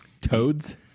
Toads